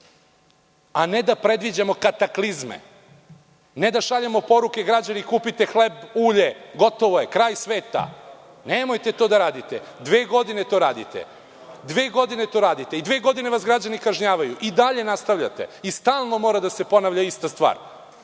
i ne da predviđamo kataklizme, ne da šaljemo poruke – građani, kupite hleb, ulje, gotovo je, kraj sveta. Nemojte to da radite. Dve godine to radite i dve godine vas građani kažnjavaju, a vi i dalje nastavljate. Stalno mora da se ponavlja ista stvar. Hoćete